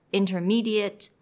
intermediate